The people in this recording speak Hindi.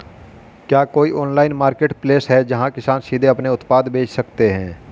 क्या कोई ऑनलाइन मार्केटप्लेस है जहां किसान सीधे अपने उत्पाद बेच सकते हैं?